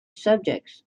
subjects